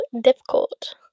difficult